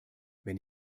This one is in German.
wenn